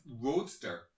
Roadster